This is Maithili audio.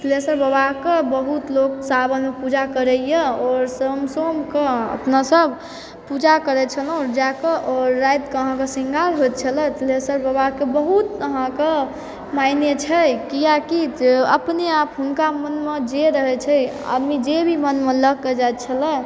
तिलेश्वर बबाके बहुत लोग सावनमे पूजा करै यऽ ओ सोम सोमके अपना सब पूजा करै छलहुँ जाके आओर रातिके अहाँके शृङ्गार होइत छलै तिलेश्वर बबाके बहुत अहाँके माइने छै कियाकि अपने आप हुनका मनमे जे रहै छै आदमी जे भी मनमे लए के जाइ छलै